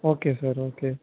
okay sir okay